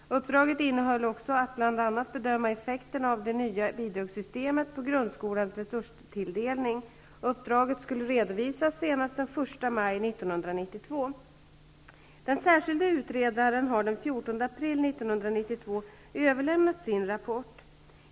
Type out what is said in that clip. Uppdraget innehöll också att bl.a. bedöma effekterna av det nya bidragssystemet på grundskolans resurstilldelning. Uppdraget skulle redovisas senast den 1 maj 1992. överlämnat sin rapport .